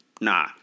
nah